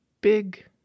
big